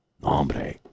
Nombre